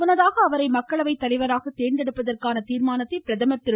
முன்னதாக அவரை மக்களவை தலைவராக தேர்ந்தெடுப்பதற்கான தீர்மானத்தை பிரதமர் திரு